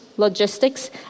Logistics